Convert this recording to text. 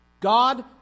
God